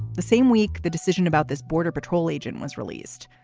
the same week the decision about this border patrol agent was released.